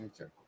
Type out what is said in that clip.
Okay